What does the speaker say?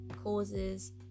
causes